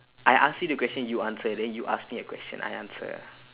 I ask you the question you answer then you ask me a question I answer